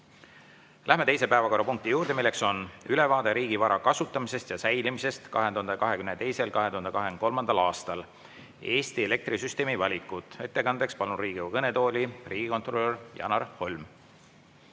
Läheme teise päevakorrapunkti juurde, mis on ülevaade riigi vara kasutamisest ja säilimisest 2022.–2023. aastal, Eesti elektrisüsteemi valikud. Ettekandeks palun Riigikogu kõnetooli riigikontrolör Janar Holmi.